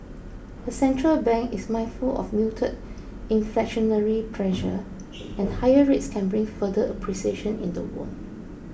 the central bank is mindful of muted inflationary pressure and higher rates can bring further appreciation in the won